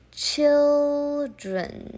Children